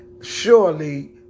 surely